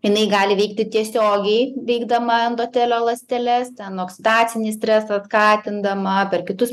jinai gali veikti tiesiogiai veikdama endotelio ląsteles ten oksidacinis stresas skatindama per kitus